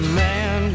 man